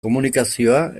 komunikazioa